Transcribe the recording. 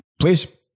Please